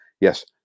yes